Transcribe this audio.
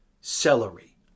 celery